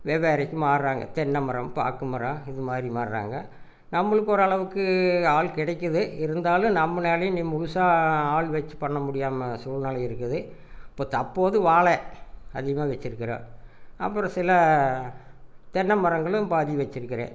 வெவ்வேறே இதுக்கு மாறுகிறாங்க தென்னை மரம் பாக்கு மரம் இது மாதிரி மாறுகிறாங்க நம்மளுக்கு ஒரு அளவுக்கு ஆள் கிடக்கிது இருந்தாலும் நம்மளால் முழுசாக ஆள் வச்சு பண்ண முடியாத சூழ்நிலை இருக்குது இப்போது தற்போது வாழை அதிகமாக வந்து வச்சிருக்கிறேன் அப்புறம் சில தென்னை மரங்களும் பாதி வச்சிருக்கிறேன்